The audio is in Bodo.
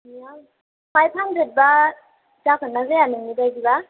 फाइभ हान्द्रेदबा जागोन ना जाया नोंनि बायदिबा